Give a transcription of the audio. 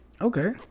Okay